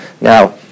Now